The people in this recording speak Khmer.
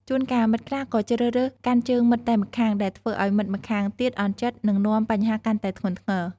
ជួនកាល មិត្តខ្លះក៏ជ្រើសរើសកាន់ជើងមិត្តតែម្ខាង ដែលធ្វើឲ្យមិត្តម្ខាងទៀតអន់ចិត្ត និងនាំបញ្ហាកាន់តែធ្ងន់ធ្ងរ។